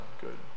good